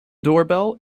doorbell